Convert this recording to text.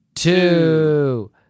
Two